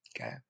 okay